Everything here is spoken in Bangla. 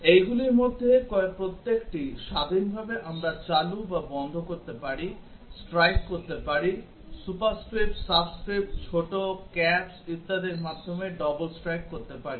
এইগুলির মধ্যে প্রত্যেকটি স্বাধীনভাবে আমরা চালু বা বন্ধ করতে পারি স্ট্রাইক করতে পারি সুপারস্ক্রিপ্ট সাবস্ক্রিপ্ট ছোট ক্যাপস ইত্যাদির মাধ্যমে ডবল স্ট্রাইক করতে পারি